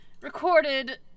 recorded